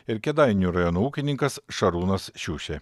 ir kėdainių rajono ūkininkas šarūnas šiušė